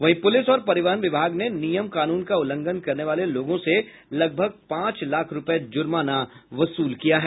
वहीं पुलिस और परिवहन विभाग ने नियम कानून का उल्लंघन करने वाले लोगों से लगभग पांच लाख रूपये जुर्माना वसूल किया है